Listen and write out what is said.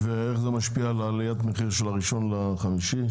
איך זה משפיע על עליית המחיר של הראשון למאי?